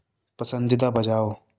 पसंदीदा बजाओ